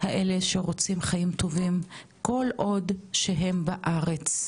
האלה שרוצים חיים טובים כל עוד שהם בארץ.